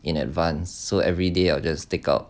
in advance so everyday I'll just take out